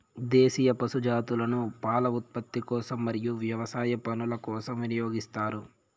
దేశీయ పశు జాతులను పాల ఉత్పత్తి కోసం మరియు వ్యవసాయ పనుల కోసం వినియోగిస్తారు